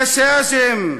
כשאג'ם,